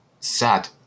Sad